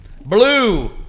Blue